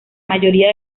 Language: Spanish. mayoría